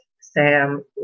Sam